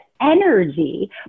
energy